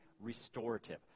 restorative